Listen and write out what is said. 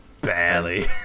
Barely